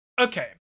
Okay